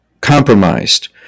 compromised